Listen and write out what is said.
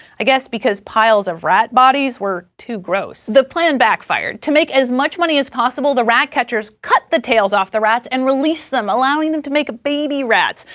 i guess because piles off rat bodies were too gross. the plan backfired. to make as much money as possible, the rat-catchers cut the tails off the rats and released them, allowing them to make baby rats.